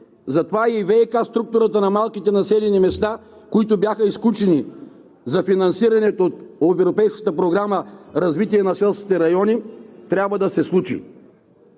затова и ВиК структурата на малките населени места, които бяха изключени за финансирането от европейската програма „Развитие на селските райони“, трябва да се случи.